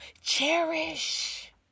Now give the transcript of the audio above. Cherish